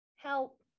Help